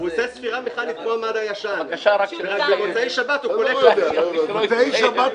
הוא עושה ספירה מכנית, כמו המד הישן.